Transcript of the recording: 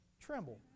Tremble